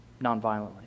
nonviolently